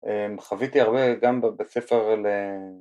חוויתי הרבה גם בבית ספר...